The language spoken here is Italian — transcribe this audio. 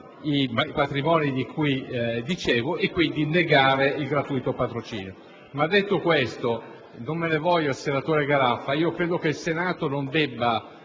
i patrimoni di cui dicevo e quindi negare il gratuito patrocinio. Tuttavia, detto questo - non me ne voglia il senatore Garraffa - credo che il Senato non debba